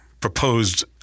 proposed